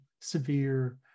severe